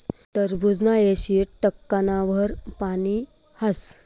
टरबूजमा ऐंशी टक्काना वर पानी हास